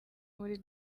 muri